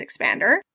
Expander